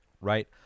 Right